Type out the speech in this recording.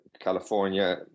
California